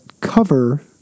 cover